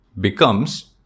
becomes